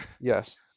Yes